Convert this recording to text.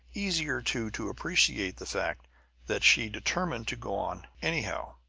easier, too, to appreciate the fact that she determined to go on anyhow.